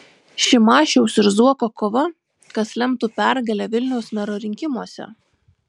šimašiaus ir zuoko kova kas lemtų pergalę vilniaus mero rinkimuose